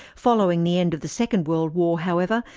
following the end of the second world war however,